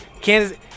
kansas